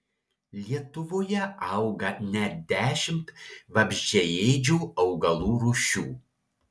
lietuvoje auga net dešimt vabzdžiaėdžių augalų rūšių